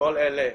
כל אלה,